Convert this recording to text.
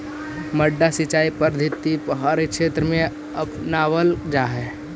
मड्डा सिंचाई पद्धति पहाड़ी क्षेत्र में अपनावल जा हइ